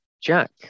Jack